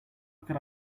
could